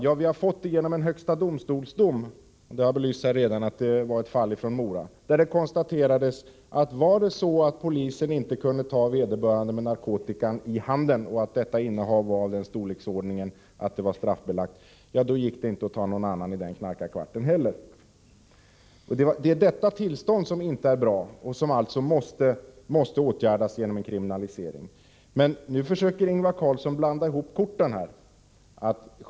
Ja, i en dom från högsta domstolen — det var ett fall från Mora — konstaterades att om polisen inte kunde gripa vederbörande med narkotika i handen och detta innehav var av storleken att det var straffbelagt, gick det inte heller att gripa någon annan i den knarkarkvarten. Detta tillstånd är inte bra och måste åtgärdas genom en kriminalisering. Nu försöker emellertid Ingvar Carlsson blanda ihop korten.